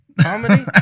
comedy